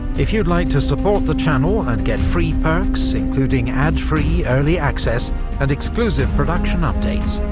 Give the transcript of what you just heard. if you'd like to support the channel and get free perks including ad-free early access and exclusive production updates,